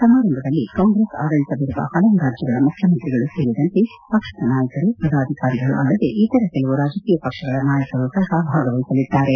ಸಮಾರಂಭದಲ್ಲಿ ಕಾಂಗ್ರೆಸ್ ಆದಳಿತವಿರುವ ಹಲವು ರಾಜ್ಯಗಳ ಮುಖ್ಯಮಂತ್ರಿಗಳು ಸೇರಿದಂತೆ ಪಕ್ಷದ ನಾಯಕರು ಪದಾಧಿಕಾರಿಗಳು ಅಲ್ಲದೆ ಇತರ ಕೆಲವು ರಾಜಕೀಯ ಪಕ್ಷಗಳ ನಾಯಕರೂ ಸಹ ಭಾಗವಹಿಸಲಿದ್ದಾರೆ